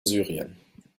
syrien